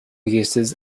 uses